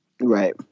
Right